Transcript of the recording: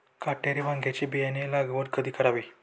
काटेरी वांग्याची बियाणे लागवड कधी करावी?